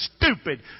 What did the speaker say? stupid